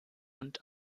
und